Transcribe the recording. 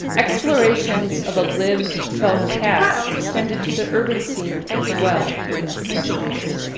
explorations of a lived, felt past extended to the urban scene as well during the depression years,